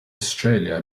australia